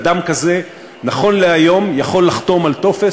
אדם כזה נכון להיום יכול לחתום על טופס